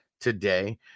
today